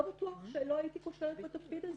לא בטוח שלא הייתי נכשלת בתפקיד הזה,